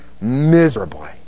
miserably